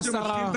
לא נתנו לשרה.